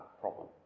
problem